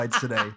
today